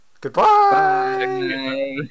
Goodbye